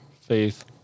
faith